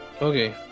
Okay